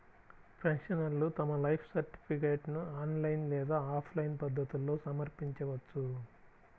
పెన్షనర్లు తమ లైఫ్ సర్టిఫికేట్ను ఆన్లైన్ లేదా ఆఫ్లైన్ పద్ధతుల్లో సమర్పించవచ్చు